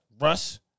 Russ